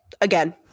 again